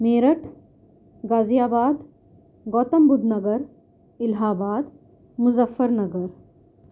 Meerut Ghaziabad Gautam Buddh Nagar Allahabad Muzaffar Nagar